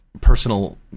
personal